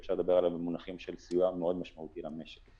שאפשר לדבר עליו במונחים של סיוע מאוד משמעותי למשק.